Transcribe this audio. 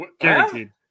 Guaranteed